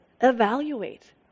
evaluate